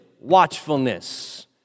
watchfulness